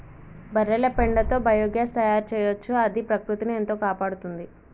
బర్రెల పెండతో బయోగ్యాస్ తయారు చేయొచ్చు అది ప్రకృతిని ఎంతో కాపాడుతుంది